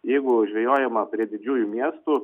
jeigu žvejojama prie didžiųjų miestų